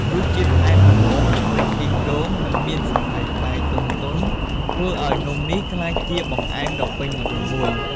រសជាតិផ្អែមល្មម ឈ្ងុយខ្ទិះដូង និងមានសណ្ដែកបាយទន់ៗ ធ្វើឲ្យនំនេះក្លាយជាបង្អែមដ៏ពេញនិយមមួយ។